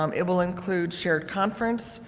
um it will include shared conference,